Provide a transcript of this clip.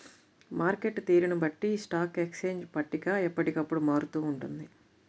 market తీరును బట్టి stock exchange పట్టిక ఎప్పటికప్పుడు మారుతూ ఉంటుంది